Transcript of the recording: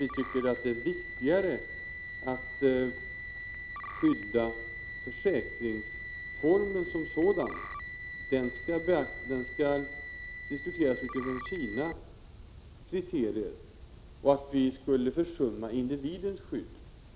Vi tycker inte att det är viktigare att skydda försäkringsformen som sådan — den skall diskuteras utifrån sina kriterier — än att se till individens skydd.